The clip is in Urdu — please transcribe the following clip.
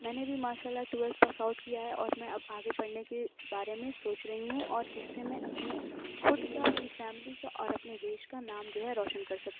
میں نے بھی ماشا اللہ ٹوئیلتھ پاس آؤٹ کیا ہے اور میں اب آگے پڑھنے کے بارے میں سوچ رہی ہوں اور کس سے میں اپنے خود کا اپنی فیملی کا اور اپنے دیش کا نام جو ہے روشن کر سکوں